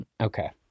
Okay